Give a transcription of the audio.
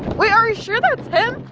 wait, are you sure that's him?